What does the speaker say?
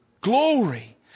glory